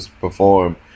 perform